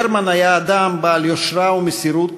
ברמן היה אדם בעל יושרה ומסירות,